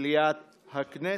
במליאת הכנסת.